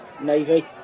Navy